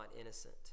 innocent